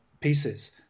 pieces